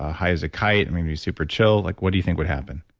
ah high as a kite, and maybe super chill. like what do you think would happen?